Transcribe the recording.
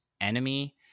enemy